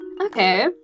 Okay